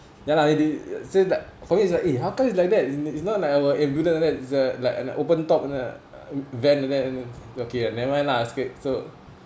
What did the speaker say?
ya lah it did seems like for me is like eh how comes is like that is not like our ambulance like that is uh like an open-top van like that okay uh never mind lah so